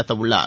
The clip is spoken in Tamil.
நடத்தவுள்ளார்